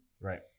right